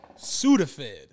Sudafed